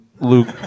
luke